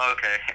Okay